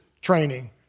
training